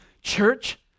church